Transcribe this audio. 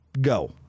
go